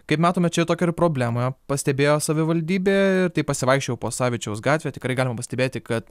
kaip matome čia tokią ir problemą pastebėjo savivaldybė tai pasivaikščiojau po savičiaus gatvę tikrai galima pastebėti kad